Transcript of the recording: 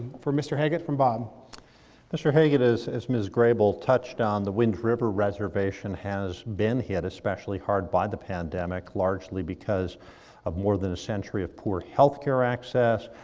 for mister haggit from bob mister haggit, as as miss grey bull touched on, the wind river reservation has been hit especially hard by the pandemic, largely because of more than a century of poor healthcare access,